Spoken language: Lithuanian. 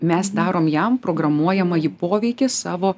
mes darom jam programuojamajį poveikį savo